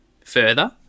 further